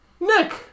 Nick